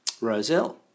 Roselle